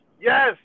Yes